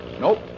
Nope